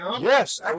Yes